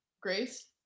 Grace